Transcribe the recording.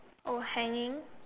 oh hanging